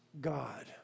God